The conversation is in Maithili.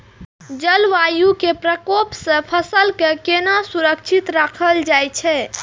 जलवायु के प्रकोप से फसल के केना सुरक्षित राखल जाय छै?